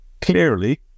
clearly